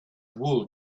wool